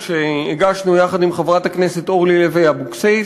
שהגשנו יחד עם חברת הכנסת אורלי לוי אבקסיס,